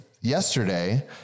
yesterday